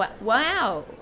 Wow